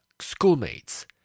schoolmates